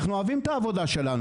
אנחנו אוהבים את העבודה שלנו,